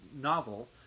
novel